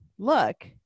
look